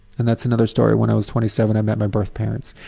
and that's another story. when i was twenty seven i met my birth parents.